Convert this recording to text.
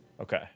Okay